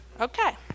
Okay